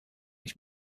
ich